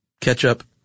ketchup